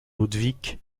ludwig